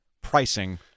pricing